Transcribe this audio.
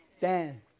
Dan